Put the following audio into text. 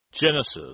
Genesis